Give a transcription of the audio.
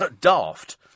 daft